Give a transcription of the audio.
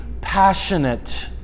passionate